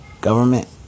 government